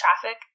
Traffic